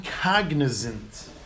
cognizant